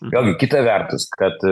vėl kita vertus kad